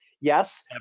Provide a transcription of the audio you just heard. Yes